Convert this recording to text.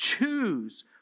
choose